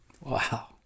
Wow